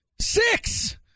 Six